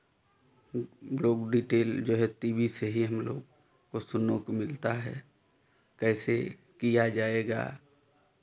लोग डिटेल जो है टी वी से ही हम लोग को सुनने को मिलता है कैसे किया जाएगा